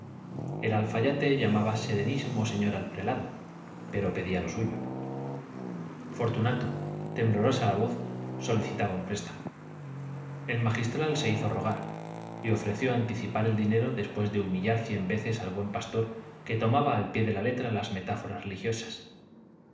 el alfayate llamaba serenísimo señor al prelado pero pedía lo suyo fortunato temblorosa la voz solicitaba un préstamo el magistral se hizo rogar y ofreció anticipar el dinero después de humillar cien veces al buen pastor que tomaba al pie de la letra las metáforas religiosas